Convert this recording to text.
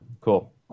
Cool